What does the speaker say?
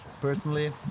personally